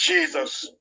Jesus